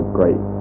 great